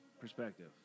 perspective